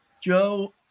Joe